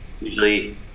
usually